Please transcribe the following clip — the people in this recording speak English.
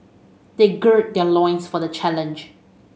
they gird their loins for the challenge